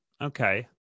okay